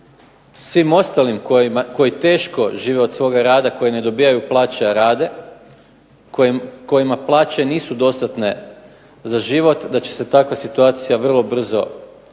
svim ostalim koji žive teško od svoga rada, koji ne dobijaju plaće, a rade, kojima plaće nisu dostatne za život, da će se takva situacija i